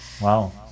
wow